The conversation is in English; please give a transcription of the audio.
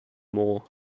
more